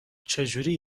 چهجوری